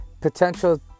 potential